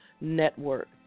Network